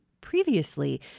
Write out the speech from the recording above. previously